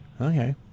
Okay